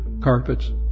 carpets